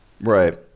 Right